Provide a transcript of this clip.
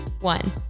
one